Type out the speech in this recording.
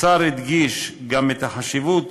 השר הדגיש גם את החשיבות